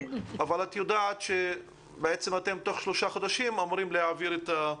אבל את יודעת שבעצם תוך שלושה חודשים אמורים להעביר את הנושא.